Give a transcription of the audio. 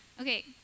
okay